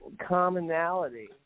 commonality